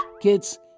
Kids